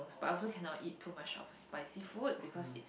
but I also cannot eat too much of a spicy food because it's